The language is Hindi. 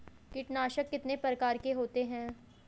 कीटनाशक कितने प्रकार के होते हैं?